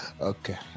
Okay